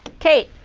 kate,